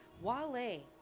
Wale